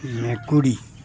মেকুৰী